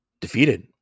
defeated